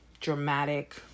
Dramatic